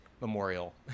memorial